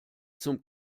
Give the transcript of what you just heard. zum